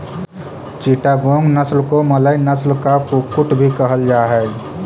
चिटागोंग नस्ल को मलय नस्ल का कुक्कुट भी कहल जा हाई